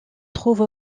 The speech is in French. trouve